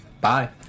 Bye